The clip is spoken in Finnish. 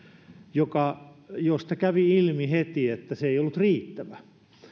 josta kävi ilmi heti että se ei ollut riittävä